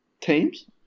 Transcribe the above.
teams